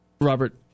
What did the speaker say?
Robert